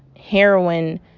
Heroin